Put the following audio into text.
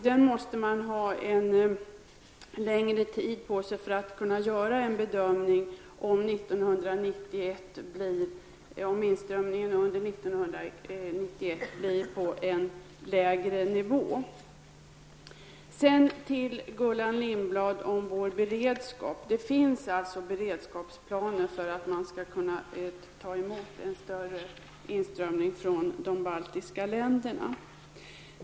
Man måste ha lång tid på sig för att kunna göra en bedömning av om inströmningen under 1991 kommer att ligga på en lägre nivå. Sedan vill jag ge Gullan Lindblad en upplysning om vår beredskap. Det finns beredskapsplaner så att man skall kunna ta emot en större inströmning från de baltiska länderna.